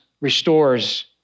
restores